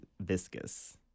viscous